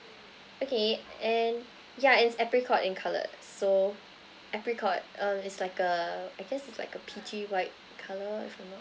okay and yeah it's apricot in colour so apricot um it's like a I guess it's like a piggy white colour if I'm not